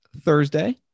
thursday